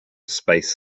space